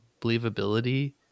believability